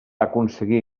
aconseguir